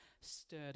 stirred